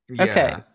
okay